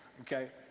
okay